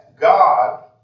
God